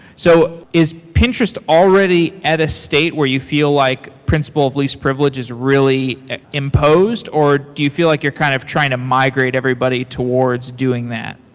so is pinterest already had a state where you feel like principle of least privilege is really imposed or do you feel like you're kind of trying to migrate everybody towards doing that?